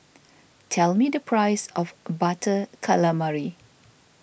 tell me the price of Butter Calamari